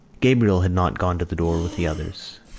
gabriel had not gone to the door with the others.